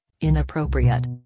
inappropriate